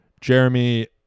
Jeremy